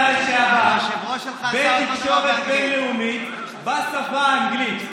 לשעבר בתקשורת בין-לאומית בשפה האנגלית.